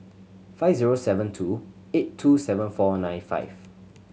five zero seven two eight two seven four nine five